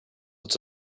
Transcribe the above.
its